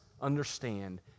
understand